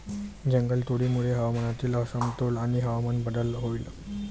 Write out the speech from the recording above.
जंगलतोडीमुळे हवामानातील असमतोल आणि हवामान बदल होईल